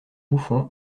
bouffon